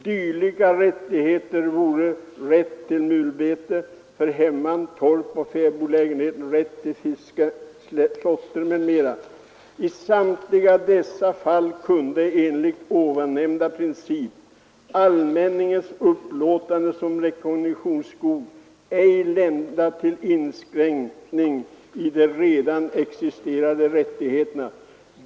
Dylika rättigheter voro rätt till mulbete för hemman, torp eller fäbodlägenheter, rätt till fiske, slåtter m.m. I samtliga dessa fall kunde enligt ovannämnda princip allmänningens upplåtande som rekognitionsskog ej lända till inskränkning i de redan existerande rättigheterna.